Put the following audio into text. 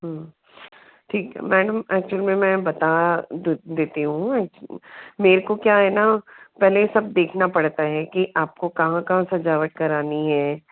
ठीक है madam actual में मैं बता देती हूँ मेरे को क्या है ना पहले सब देखना पड़ता है कि आपको कहाँ कहाँ सजावट करानी है